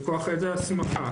מכוח איזו הסמכה.